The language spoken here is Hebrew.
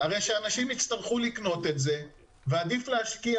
הרי שאנשים יצטרכו לקנות את זה ועדיף להשקיע